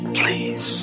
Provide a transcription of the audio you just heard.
please